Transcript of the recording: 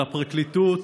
על הפרקליטות,